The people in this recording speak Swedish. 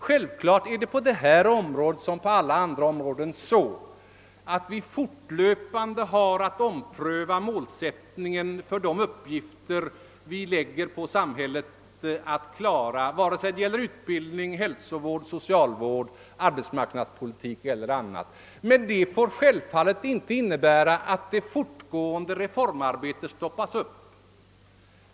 Självfallet är det på detta område liksom på alla andra områden så, att vi fortlöpande har att ompröva målsättningen för de uppgifter vi lägger på samhället, vare sig det gäller utbildning, hälsovård, socialvård, arbetsmarknadspolitik eller annat. Men det får inte innebära att det fortgående reformarbetet stoppas upp.